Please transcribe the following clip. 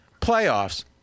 playoffs